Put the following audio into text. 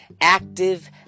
active